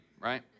right